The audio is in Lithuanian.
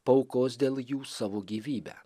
paaukos dėl jų savo gyvybę